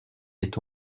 est